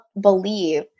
believe